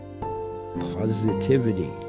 Positivity